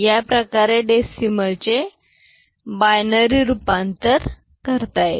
याप्रकारे डेसिमल चे बायनरी रूपांतर करता येते